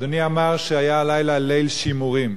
אדוני אמר שהיה הלילה ליל שימורים.